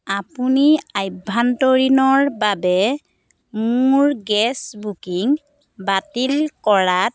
আপুনি আভ্যন্তৰীণৰ বাবে মোৰ গেছ বুকিং বাতিল কৰাত